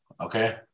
okay